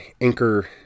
Anchor